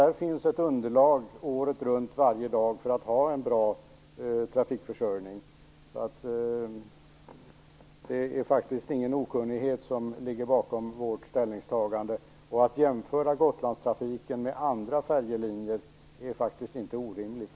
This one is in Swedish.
Det finns alltså ett underlag för att ha en god trafikförsörjning varje dag året runt. Det ligger inte någon okunnighet bakom vårt ställningstagande, och att jämföra Gotlandstrafiken med andra färjelinjer är faktiskt inte orimligt.